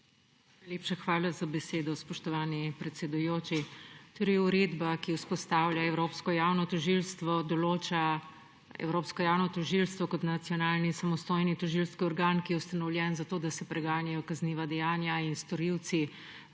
Najlepša hvala za besedo, spoštovani predsedujoči. Uredba, ki vzpostavlja evropsko javno tožilstvo, določa evropsko javno tožilstvo kot nacionalni in samostojni tožilski organ, ki je ustanovljen zato, da se preganjajo storilci